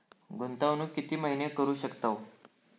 गुंतवणूक किती महिने करू शकतव?